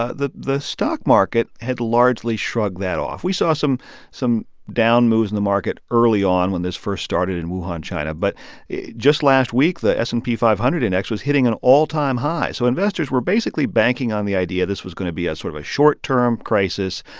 ah the the stock market had largely shrugged that off. we saw some some down moves in the market early on, when this first started in wuhan, china. but just last week, the s and p five hundred index was hitting an all-time high, so investors were, basically, banking on the idea this was going to be a sort of a short-term crisis.